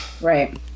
right